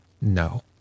no